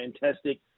fantastic